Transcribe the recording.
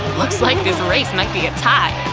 looks like this race might be a tie!